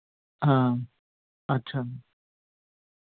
हां अच्छा